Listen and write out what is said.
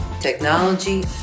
technology